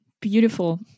Beautiful